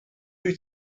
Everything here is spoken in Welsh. wyt